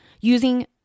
using